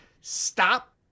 stop